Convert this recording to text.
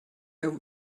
are